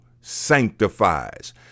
sanctifies